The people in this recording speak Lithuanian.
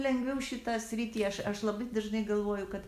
lengviau šitą sritį aš aš labai dažnai galvoju kad